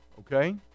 Okay